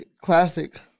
Classic